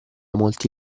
molti